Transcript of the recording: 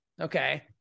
okay